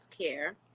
care